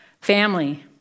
family